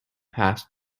past